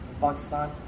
Pakistan